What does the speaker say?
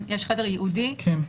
לגבי היכולת לקבל הודעות, נבדוק את